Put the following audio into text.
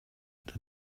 that